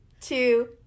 two